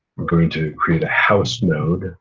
going to create a house node